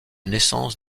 naissance